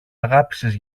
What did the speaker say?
αγάπησες